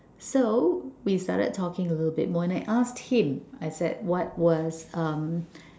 so we started talking a little bit more and I asked him I said what was um